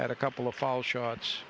at a couple of fall shots